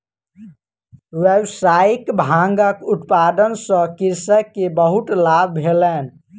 व्यावसायिक भांगक उत्पादन सॅ कृषक के बहुत लाभ भेलैन